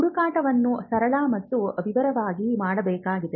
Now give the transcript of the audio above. ಹುಡುಕಾಟವನ್ನು ಸರಳ ಮತ್ತು ವಿವರವಾಗಿ ಮಾಡಬೇಕಾಗಿದೆ